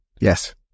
yes